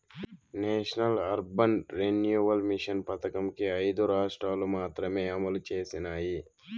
national urban renewal mission పథకంని ఐదు రాష్ట్రాలు మాత్రమే అమలు చేసినాయి